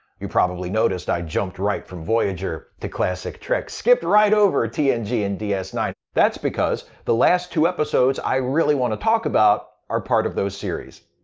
you probably noticed i jumped right from voyager to classic trek. skipped right over tng and d and d s nine. that's because the last two episodes i really wanna talk about are part of those series.